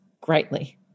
greatly